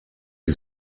die